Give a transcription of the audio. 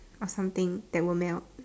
or something that will melt